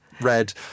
Red